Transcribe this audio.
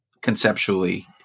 conceptually